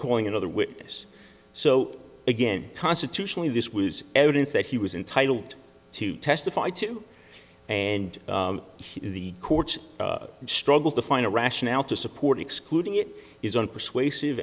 calling another witness so again constitutionally this was evidence that he was entitled to testify to and he the courts struggle to find a rationale to support excluding it is unpersuasive